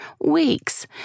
weeks